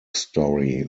story